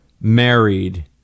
married